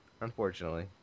Unfortunately